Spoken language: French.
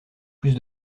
plus